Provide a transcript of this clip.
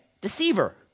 Deceiver